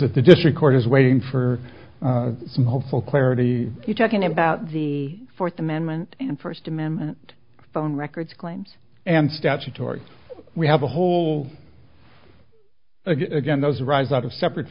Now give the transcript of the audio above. district court is waiting for some hopeful clarity you talking about the fourth amendment and first amendment phone records claims and statutory we have a whole again those arise out of separate